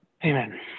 Amen